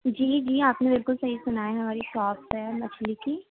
جی جی آپ نے بالكل صحیح سُنا ہے ہماری شاپ ہے مچھلی کی